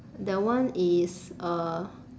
that one is uh